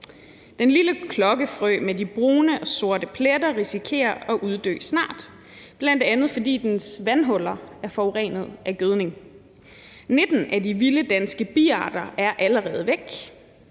Den lille klokkefrø med de brune og sorte pletter risikerer at uddø snart, bl.a. fordi dens vandhuller er forurenet af gødning. 19 af de vilde danske biarter er allerede væk,